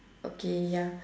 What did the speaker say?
okay ya